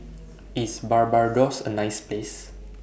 IS Barbados A nice Place